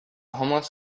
homeless